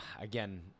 again